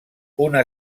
una